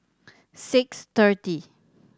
six thirty